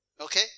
Okay